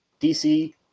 dc